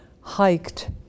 hiked